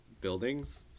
buildings